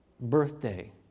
birthday